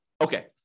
Okay